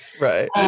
Right